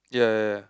yeah yeah yeah